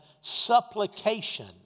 supplication